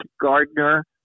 Gardner